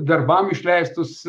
darbam išleistus